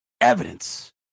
evidence